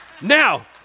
Now